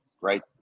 right